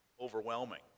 overwhelming